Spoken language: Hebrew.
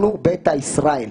אנחנו ביתא ישראל.